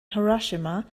hiroshima